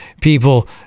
people